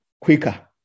quicker